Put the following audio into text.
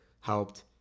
helped